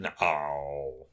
No